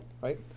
right